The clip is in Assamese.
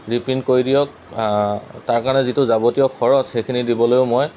ৰিপ্ৰিণ্ট কৰি দিয়ক তাৰ কাৰণে যিটো যাৱতীয় খৰচ সেইখিনি দিবলৈও মই